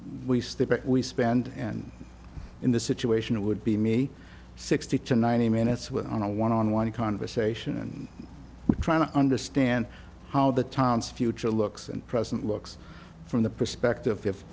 back we spend and in the situation it would be me sixty to ninety minutes with on a one on one conversation and trying to understand how the town's future looks and present looks from the perspective